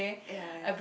ya ya